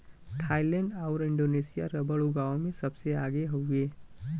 Thailand आउर Indonesia rubber उगावे में सबसे आगे हउवे